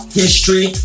history